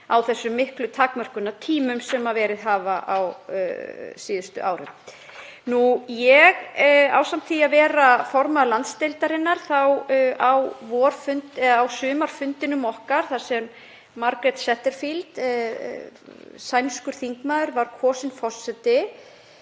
á þeim miklu takmörkunartímum sem verið hafa á síðustu árum. Ég var formaður landsdeildarinnar á sumarfundinum okkar þar sem Margrét Setterfield, sænskur þingmaður, var kosin forseti